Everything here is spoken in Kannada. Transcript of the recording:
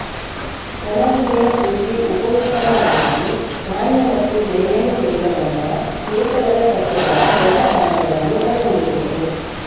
ಒಣಹುಲ್ಲಿನ ಕೃಷಿ ಉಪ ಉತ್ಪನ್ನವಾಗಿದ್ದು, ಧಾನ್ಯ ಮತ್ತು ತೆನೆಯನ್ನು ತೆಗೆದ ನಂತರ ಏಕದಳ ಸಸ್ಯಗಳ ಒಣ ಕಾಂಡಗಳನ್ನು ಒಳಗೊಂಡಿರುತ್ತದೆ